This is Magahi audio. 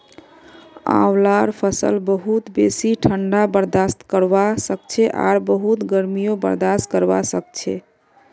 आंवलार फसल बहुत बेसी ठंडा बर्दाश्त करवा सखछे आर बहुत गर्मीयों बर्दाश्त करवा सखछे